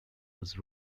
was